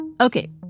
Okay